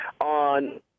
on –